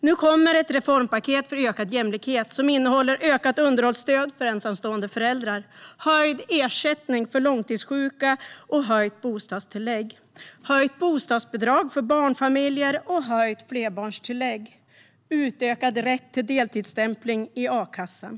Nu kommer ett reformpaket för ökad jämlikhet, som innehåller ökat underhållsstöd för ensamstående föräldrar, höjd ersättning för långtidssjuka och höjt bostadstillägg, höjt bostadsbidrag för barnfamiljer och höjt flerbarnstillägg samt utökad rätt till deltidsstämpling i a-kassan.